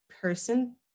person